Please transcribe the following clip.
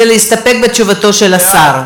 זה להסתפק בתשובתו של השר.